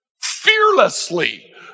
fearlessly